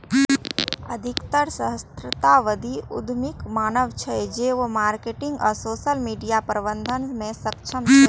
अधिकतर सहस्राब्दी उद्यमीक मानब छै, जे ओ मार्केटिंग आ सोशल मीडिया प्रबंधन मे सक्षम छै